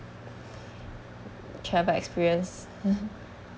travel experience